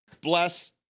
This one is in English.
bless